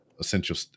essential